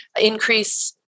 increase